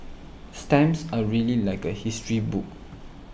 stamps are really like a history book